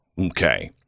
Okay